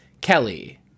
Kelly